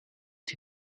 die